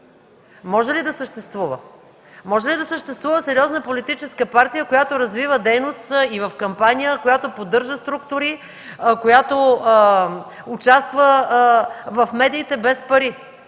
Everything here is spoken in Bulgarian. Може ли да съществува? Може ли да съществува сериозна политическа партия, която развива дейност и в кампания, която поддържа структури, която участва в медиите, без пари?